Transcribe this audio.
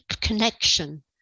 connection